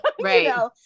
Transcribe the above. Right